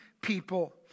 people